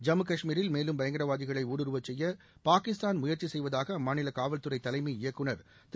ஜம்மு கஷ்மீரில் மேலும் பயங்கரவாதிகளை ஊடுருவச் செய்ய பாகிஸ்தான் முயற்சி செய்வதாக அம்மாநில காவல்துறை தலைமை இயக்குநர் திரு